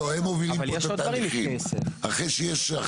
אנחנו מדברים כאן על ההסדר הרחב שהוא תשתיות,